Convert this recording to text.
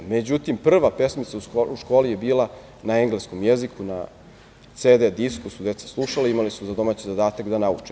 Međutim, prva pesmica u školi je bila na engleskom jeziku, na CD disku su deca slušala, imali su za domaći zadatak da nauče.